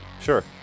Sure